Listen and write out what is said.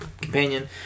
companion